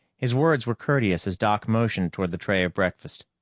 his words were courteous as doc motioned toward the tray of breakfast.